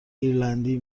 ایرلندی